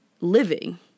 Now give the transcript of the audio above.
living